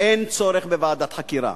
אין צורך בוועדות חקירה,